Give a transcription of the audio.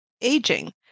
aging